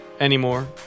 Anymore